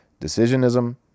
decisionism